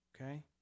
okay